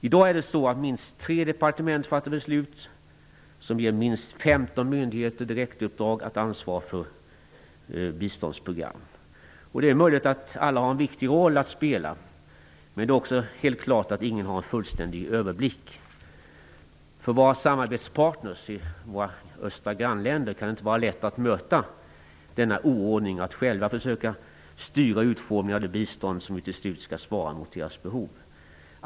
I dag är det minst tre departement som fattar beslut som ger minst 15 myndigheter direktuppdrag att ansvara för biståndsprogram. Det är möjligt att alla har en viktig roll att spela, men det är också helt klart att ingen har en fullständig överblick. För våra samarbetspartner i de östra grannländerna kan det inte vara lätt att möta denna oordning och att själva försöka styra utformningen av det bistånd som ju till slut skall svara mot deras behov.